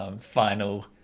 Final